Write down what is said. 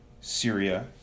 Syria